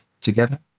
together